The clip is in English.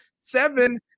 Seven